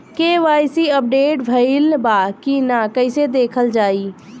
KYC update भइल बा कि ना कइसे देखल जाइ?